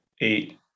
eight